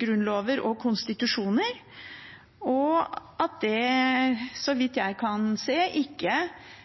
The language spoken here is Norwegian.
grunnlov og konstitusjon, og at det så vidt jeg kan se, ikke